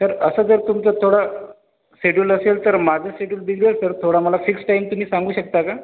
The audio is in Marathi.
सर असं जर तुमचं थोडं शेड्युल असेल तर माझं शेड्युल बिझी असेल थोडा मला फिक्स टाईम तुम्ही सांगू शकता का